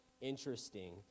interesting